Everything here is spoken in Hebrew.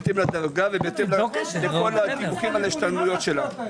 לדרגה ולהיקפים של ההשתלמויות שלהם.